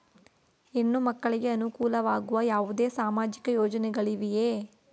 ಹೆಣ್ಣು ಮಕ್ಕಳಿಗೆ ಅನುಕೂಲವಾಗುವ ಯಾವುದೇ ಸಾಮಾಜಿಕ ಯೋಜನೆಗಳಿವೆಯೇ?